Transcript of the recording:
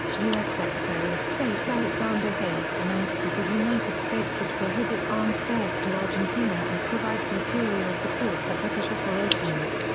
us secretary of state alexander haig announced that the united states would prohibit arms sales to argentina and provide material support for british operations.